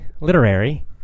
literary